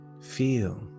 Feel